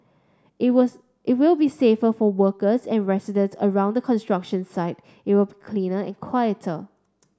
it was it will be safer for workers and residents around the construction site it will cleaner and quieter